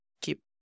keep